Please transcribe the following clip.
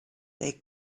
they